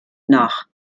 nach